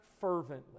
fervently